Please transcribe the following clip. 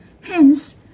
Hence